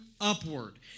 upward